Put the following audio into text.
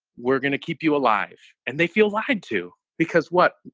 we're going to keep you alive. and they feel lied to. because what,